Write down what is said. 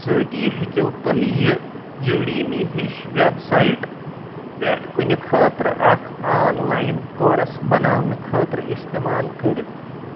سۭتی ہیٚکِو تُہۍ یہِ یوڈیمی ہِش ویب سایٹ پٮ۪ٹھ کُنہِ خٲطرٕ اکھ آن لاین کورس بناونہٕ خٲطرٕ اِستعمال کٔرِتھ